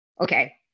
Okay